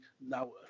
now